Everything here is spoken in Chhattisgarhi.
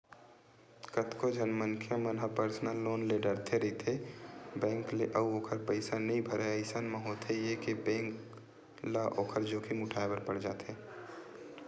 कतको झन मनखे मन ह पर्सनल लोन ले डरथे रहिथे बेंक ले अउ ओखर पइसा नइ भरय अइसन म होथे ये के बेंक ल ओखर जोखिम उठाय बर पड़ जाथे